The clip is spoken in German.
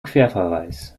querverweis